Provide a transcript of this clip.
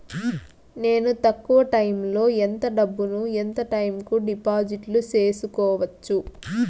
నేను తక్కువ టైములో ఎంత డబ్బును ఎంత టైము కు డిపాజిట్లు సేసుకోవచ్చు?